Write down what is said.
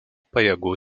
pajėgų